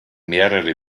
mehrere